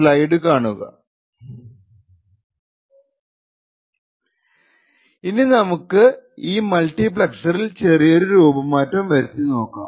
slide കാണുക സമയം 1531 ഇനി നമുക്ക് ഈ മൾട്ടിപ്ളെക്സിറിൽ ചെറിയൊരു രൂപമാറ്റം വരുത്തിനോക്കാം